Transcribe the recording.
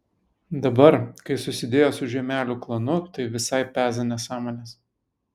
dabar kai susidėjo su žiemelių klanu tai visai peza nesąmones